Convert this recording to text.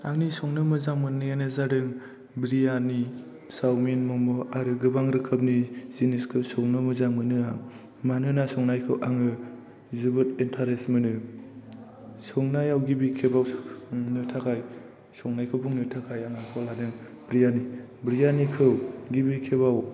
आंनि संनो मोजां मोननायानो जादों बिरियानि चावमिन मम' आरो गोबां रोखोमनि जिनिसखौ संनो मोजां मोनो आं मानोना संनायखौ आङो जोबोद इन्टारेस्ट मोनो संनायाव गिबि खेबाव संनो थाखाय संनायखौ बुंनो थाखाय आङो आखायाव लादों बिरयानि बिरयानिखौ गिबि खेबाव